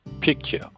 picture